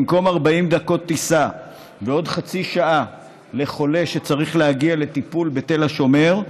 במקום 40 דקות טיסה ועוד חצי שעה לחולה שצריך להגיע לטיפול בתל השומר,